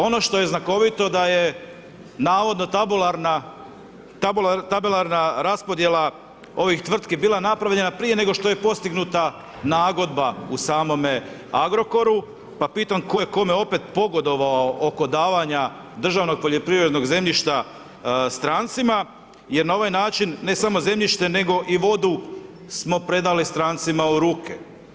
Ono što je znakovito da je navodno tabularna, tabelarna raspodjela ovih tvrtki bila napravljena prije što je postignuta nagodba u samome Agrokoru, pa pitam tko je kome opet pogodovao oko davanja državnog poljoprivrednog zemljišta strancima jer na ovaj način ne samo zemljište nego i vodu smo predali strancima u ruke.